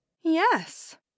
Yes